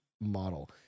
model